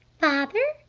father,